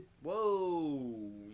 Whoa